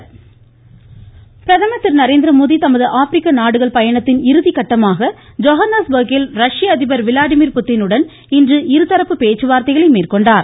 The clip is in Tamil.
பிரதமர் பிரதமர் திரு நரேந்திரமோடி தமது ஆப்பிரிக்க நாடுகள் பயணத்தின் இறுதிகட்டமாக ஜோஹனஸ்பர்கில் ரஷ்ய அதிபர் விளாடிமிர் புடினுடன் இன்று இருதரப்பு பேச்சுவார்த்தைகளை மேற்கொண்டார்